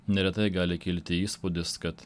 neretai gali kilti įspūdis kad